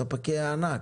ספקי הענק.